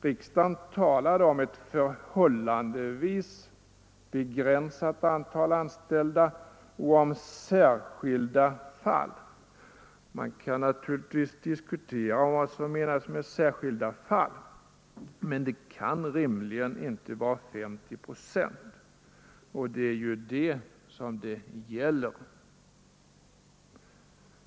Riksdagen talade om ett ”förhållandevis begränsat antal anställda” och om ”särskilda fall”. Man kan naturligtvis diskutera vad som menas med ”särskilda fall”, men det kan rimligen inte vara 50 procent, och det är ju det som det gäller.